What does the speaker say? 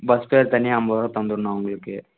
bus fare தனியாக ஐம்பது ரூபா தந்துடணும் அவங்களுக்கு